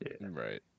Right